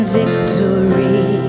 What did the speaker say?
victory